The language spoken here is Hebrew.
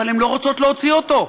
אבל הן לא רוצות להוציא אותו.